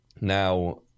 now